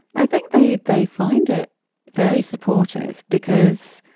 i think they they find it very supportive because